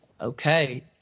Okay